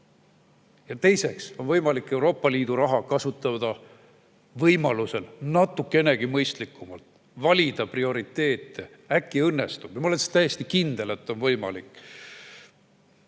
Ja teiseks on võimalik Euroopa Liidu raha kasutada natukenegi mõistlikumalt, valida prioriteete, äkki õnnestub. Ma olen täiesti kindel, et on võimalik.